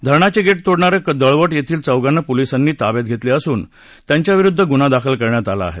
धरणाचे गेट तोडणाऱ्या दळवट येथील चौघांना पोलिसांनी ताब्यात घेतले असून त्यांच्याविरुद्ध गुन्हा दाखल करण्यात आला आहे